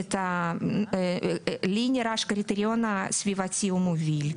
לי נראה שהקריטריון הסביבתי הוא המוביל,